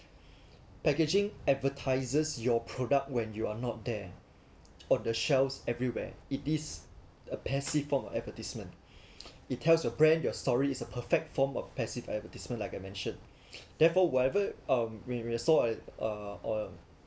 packaging advertises your product when you're not there on the shelves everywhere it is a passive form of advertisement it tell your brand your story is a perfect form of passive advertisement like I mentioned therefore whatever um when we sold it uh um